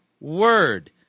Word